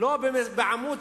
זה לא בחוק ההסדרים.